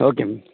okay ma'am